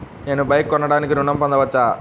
నేను బైక్ కొనటానికి ఋణం పొందవచ్చా?